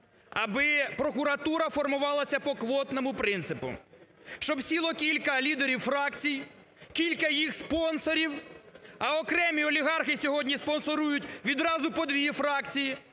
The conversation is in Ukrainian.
аби прокуратура формувалася по квотному принципу, щоб сіло кілька лідерів фракцій, кілька їх спонсорів, а окремі олігархи сьогодні спонсорують відразу по дві фракції,